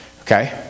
Okay